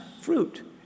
fruit